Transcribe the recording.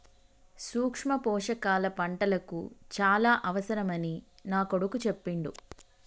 సూక్ష్మ పోషకాల పంటలకు చాల అవసరమని నా కొడుకు చెప్పిండు